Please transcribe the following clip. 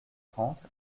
trente